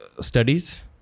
studies